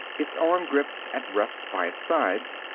its arm grips at rest by its sides.